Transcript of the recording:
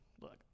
look